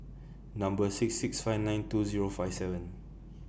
Number six six five nine two Zero five seven